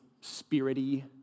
spirity